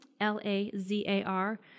L-A-Z-A-R